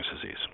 disease